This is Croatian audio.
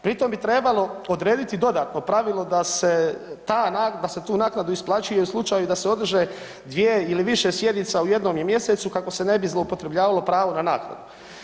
Pritom bi trebalo odrediti dodatno pravilo da se tu naknadu isplaćuje u slučaju da se održe dvije ili više sjednica u jednom mjesecu kako se ne bi zloupotrebljavalo pravo na naknadu.